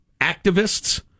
activists